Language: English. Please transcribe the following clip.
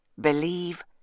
believe